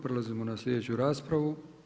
Prelazimo na sljedeću raspravu.